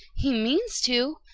he means to.